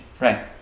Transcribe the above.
Right